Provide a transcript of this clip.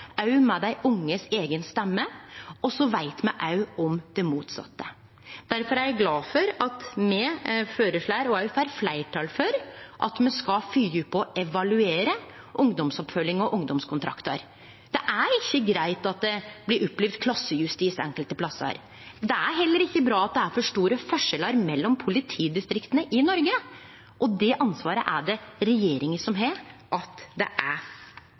med dei unges eiga stemme. Så veit me også om det motsette. Difor er eg glad for at me får fleirtal for forslaget om at me skal følgje opp og evaluere ungdomsoppfølging og ungdomskontraktar. Det er ikkje greitt at ein opplever klassejustis enkelte plassar. Det er heller ikkje bra at det er for store forskjellar mellom politidistrikta i Noreg. Ansvaret for det er det regjeringa som har. Me blir ikkje einige i dag, heller ikkje om løysinga på differensiering. Eg meiner det er